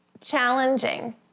challenging